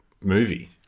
movie